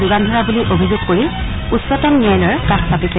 যোগান ধৰা বুলি অভিযোগ কৰি উচ্চতম ন্যায়ালয়ৰ কাষ চাপিছে